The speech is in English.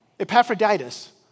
Epaphroditus